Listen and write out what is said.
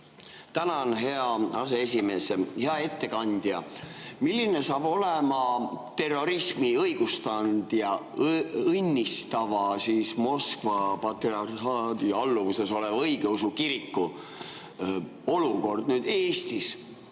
Tänan, hea aseesimees! Hea ettekandja! Milline hakkab nüüd olema terrorismi õigustanud ja õnnistava Moskva patriarhaadi alluvuses oleva õigeusu kiriku olukord Eestis?